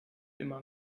immer